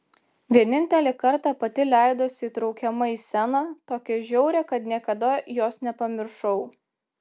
vienintelį kartą pati leidosi įtraukiama į sceną tokią žiaurią kad niekada jos nepamiršau